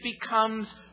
becomes